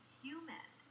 human